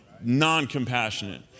non-compassionate